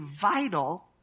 vital